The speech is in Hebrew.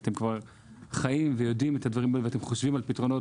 אתם כבר חיים ויודעים את הדברים האלה ואתם חושבים על פתרונות.